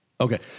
Okay